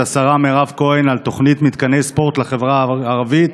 השרה מירב כהן על תוכנית מתקני ספורט לחברה הערבית